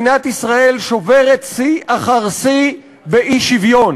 מדינת ישראל שוברת שיא אחר שיא באי-שוויון.